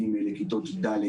ג' לבין כיתות ד',